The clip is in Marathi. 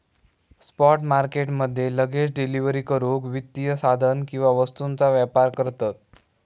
स्पॉट मार्केट मध्ये लगेच डिलीवरी करूक वित्तीय साधन किंवा वस्तूंचा व्यापार करतत